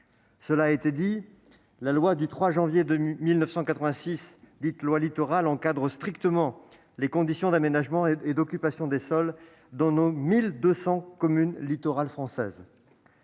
littorales. La loi du 3 janvier 1986, dite loi Littoral, encadre strictement les conditions d'aménagement et d'occupation des sols dans nos 1 200 communes littorales françaises.